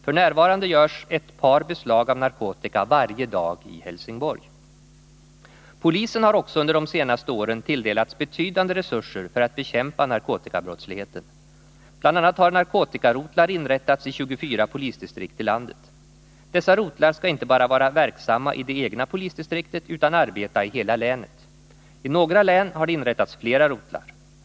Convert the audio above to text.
F.n. görs i Helsingborg ett par beslag av narkotika varje dag. Polisen har också under de senaste åren tilldelats betydande resurser för att bekämpa narkotikabrottsligheten. Bl. a. har narkotikarotlar inrättats i 24 polisdistrikt i landet. Dessa rotlar skall inte bara vara verksamma i det egna polisdistriktet utan arbeta i hela länet. I några län har det inrättats flera rotlar.